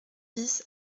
dix